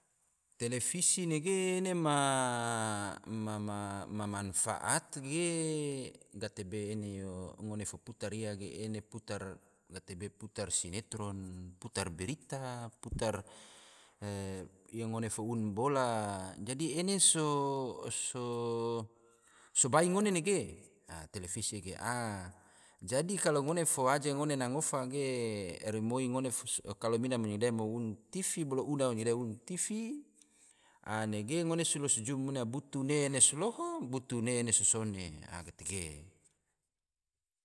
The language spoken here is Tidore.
Televisi nege ene ma manfaat ge, gatebe ene yo ngone fo putar ia ge ene yo putar sinetron, putar berita, putar ge ngone fo uni bola, dadi ene so bai ngone nege, a televisi ge. dadi ngone fo waje ngone na ngofa ge rimoi kalo mina mo nyinga dahe mo uni tivi, nege ngone fo so jum nege ena so loho, nege ene so sone. tege